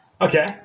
okay